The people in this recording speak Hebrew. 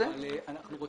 אני אומר